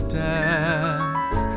dance